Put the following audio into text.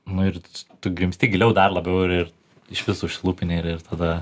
nu ir tu grimzti giliau dar labiau ir ir iš visų išlupini ir ir tada